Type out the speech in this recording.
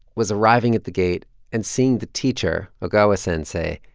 was arriving at the gate and seeing the teacher, ogawa sensei,